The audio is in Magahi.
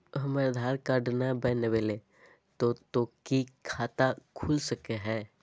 हमर आधार कार्ड न बनलै तो तो की खाता खुल सको है?